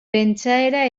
pentsaera